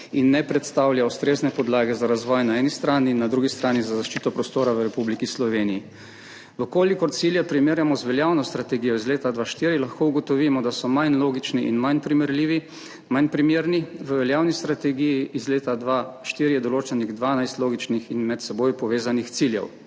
in ne predstavlja ustrezne podlage za razvoj na eni strani in na drugi strani za zaščito prostora v Republiki Sloveniji. Če cilje primerjamo z veljavno strategijo iz leta 2004, lahko ugotovimo, da so manj logični in manj primerljivi, manj primerni. V veljavni strategiji iz leta 2004 je določenih dvanajst logičnih in med seboj povezanih ciljev.